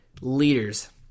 leaders